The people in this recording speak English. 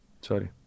Sorry